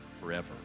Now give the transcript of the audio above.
forever